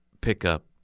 pickup